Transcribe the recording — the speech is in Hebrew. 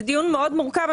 זה דיון מורכב מאוד.